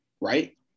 right